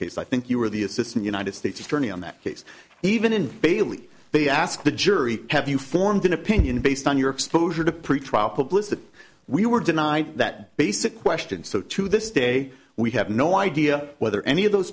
case i think you were the assistant united states attorney on that case even in bailey they asked the jury have you formed an opinion based on your exposure to pretrial publicity we were denied that basic question so to this day we have no idea whether any of those